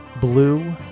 blue